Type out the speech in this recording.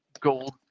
gold